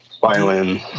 violin